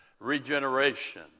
regeneration